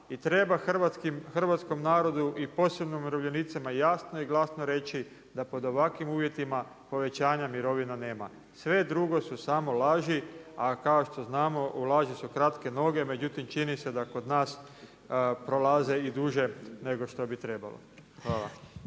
i treba hrvatskom narodu i posebno umirovljenicima jasno i glasno reći da pod ovakvim uvjetima povećanja mirovina nema. Sve drugo su samo laži, a kao što znamo u laži su kratke noge. Međutim, čini se da kod nas prolaze i duže nego što bi trebalo. Hvala.